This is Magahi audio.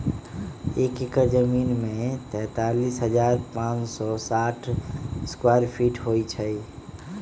एक एकड़ जमीन में तैंतालीस हजार पांच सौ साठ स्क्वायर फीट होई छई